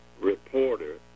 reporter